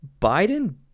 Biden